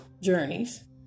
Journeys